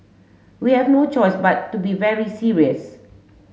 we have no choice but to be very serious